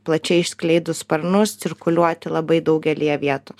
plačiai išskleidus sparnus cirkuliuoti labai daugelyje vietų